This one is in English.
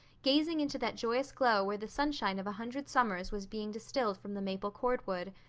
gazing into that joyous glow where the sunshine of a hundred summers was being distilled from the maple cordwood.